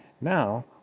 Now